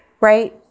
right